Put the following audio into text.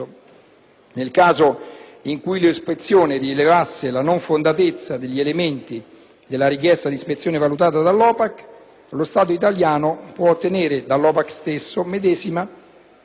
lo Stato italiano può ottenere dall'OPAC medesima il rimborso delle spese sostenute durante la procedura. Qualora poi emergessero responsabilità dirette degli Stati Uniti d'America,